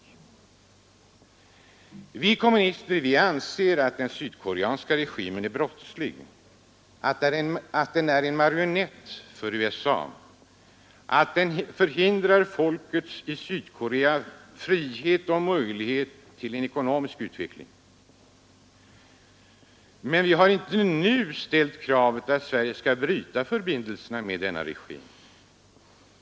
6 december 1972 Vi kommunister anser att den sydkoreanska regimen är brottslig, att den är en marionett för USA, att den förhindrar folkets i Sydkorea frihet och möjlighet till en ekonomisk utveckling. Men vi har inte nu ställt kravet att Sverige skall bryta förbindelserna med denna regim.